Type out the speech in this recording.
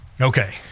Okay